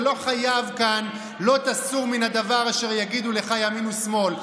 ולא חייבים כאן "לא תסור מן הדבר אשר יגידו לך ימין ושמאל".